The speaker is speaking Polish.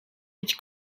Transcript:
być